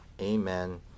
amen